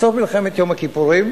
בסוף מלחמת יום הכיפורים,